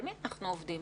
על מי אנחנו עובדים?